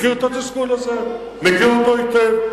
מכיר את התסכול הזה, של